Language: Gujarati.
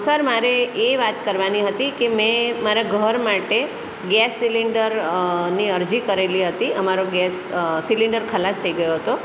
સર મારે એ વાત કરવાની હતી કે મેં મારા ઘર માટે ગેસ સિલિન્ડર ની અરજી કરેલી હતી અમારો ગેસ સિલિન્ડર ખલાસ થઈ ગયો હતો